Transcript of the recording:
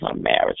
marriage